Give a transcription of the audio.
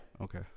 Okay